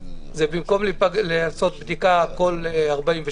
במקום לעשות בדיקה בכל 48 שעות,